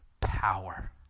power